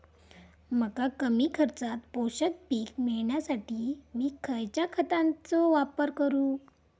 मका कमी खर्चात पोषक पीक मिळण्यासाठी मी खैयच्या खतांचो वापर करू?